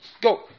go